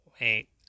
wait